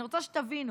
אני רוצה שתבינו: